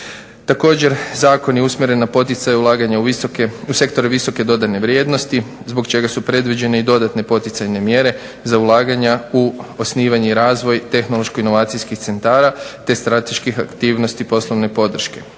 Također zakon je usmjeren na poticanje ulaganja u sektore visoke dodane vrijednosti zbog čega su predviđene i dodatne poticajne mjere za ulaganja u osnivanje i razvoj, tehnološko inovacijskih centara te strateških aktivnosti poslovne podrške.